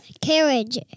carriage